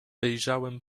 wyjrzałem